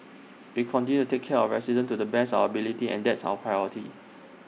we continue take care of our residents to the best of our ability and that's our priority